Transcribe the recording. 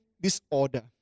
disorder